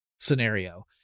scenario